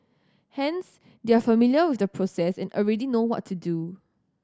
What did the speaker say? hence they are familiar with the process and already know what to do